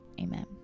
amen